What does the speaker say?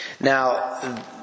Now